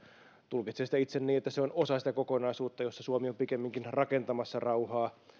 tulkitsen sitä itse niin että se on osa sitä kokonaisuutta jossa suomi on pikemminkin rakentamassa rauhaa